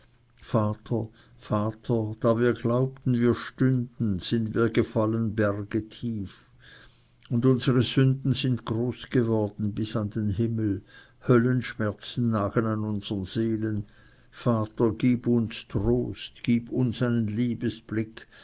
vater vater da wir glaubten wir stünden sind wir gefallen berge tief und unsere sünden sind groß geworden bis an den himmel höllenschmerzen nagen an unsern seelen vater gib uns trost gib uns